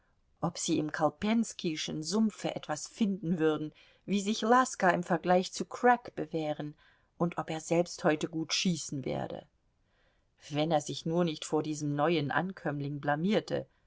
ob sie im kolpenskischen sumpfe etwas finden würden wie sich laska im vergleich zu crack bewähren und ob er selbst heute gut schießen werde wenn er sich nur nicht vor diesem neuen ankömmling blamierte